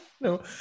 No